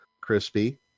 Crispy